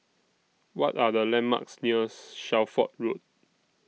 What Are The landmarks near's Shelford Road